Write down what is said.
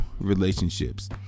relationships